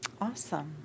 awesome